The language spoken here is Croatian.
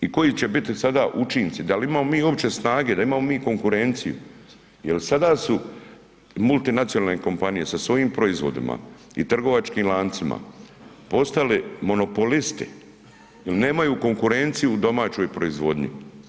I koji će biti sada učinci, da li mi imamo uopće snage, da li imamo mi konkurenciju, jel sada su multinacionalne kompanije sa svojim proizvodima i trgovačkim lancima postali monopolisti, nemaju konkurenciju u domaćoj proizvodnji.